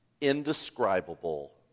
indescribable